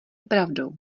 pravdou